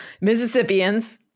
Mississippians